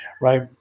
right